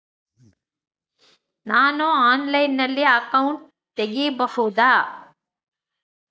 ನಾನು ಆನ್ಲೈನಲ್ಲಿ ಅಕೌಂಟ್ ತೆಗಿಬಹುದಾ?